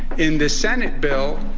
in the senate bill,